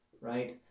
right